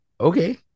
okay